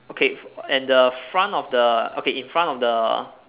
okay and the front of the okay in front of the